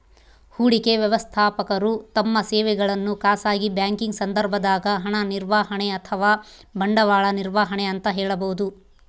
ಹೂಡಿಕೆ ವ್ಯವಸ್ಥಾಪಕರು ತಮ್ಮ ಸೇವೆಗಳನ್ನು ಖಾಸಗಿ ಬ್ಯಾಂಕಿಂಗ್ ಸಂದರ್ಭದಾಗ ಹಣ ನಿರ್ವಹಣೆ ಅಥವಾ ಬಂಡವಾಳ ನಿರ್ವಹಣೆ ಅಂತ ಹೇಳಬೋದು